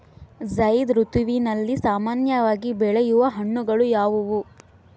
ಝೈಧ್ ಋತುವಿನಲ್ಲಿ ಸಾಮಾನ್ಯವಾಗಿ ಬೆಳೆಯುವ ಹಣ್ಣುಗಳು ಯಾವುವು?